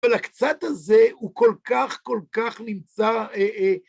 אבל הקצת הזה הוא כל כך, כל כך נמצא...